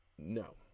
No